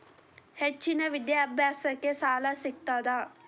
ಹೆಚ್ಚಿನ ವಿದ್ಯಾಭ್ಯಾಸಕ್ಕ ಸಾಲಾ ಸಿಗ್ತದಾ?